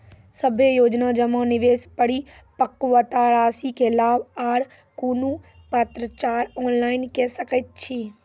सभे योजना जमा, निवेश, परिपक्वता रासि के लाभ आर कुनू पत्राचार ऑनलाइन के सकैत छी?